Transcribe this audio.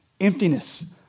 emptiness